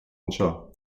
anseo